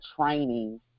training